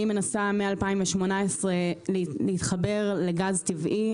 אני מנסה מ-2018 להתחבר לגז טבעי.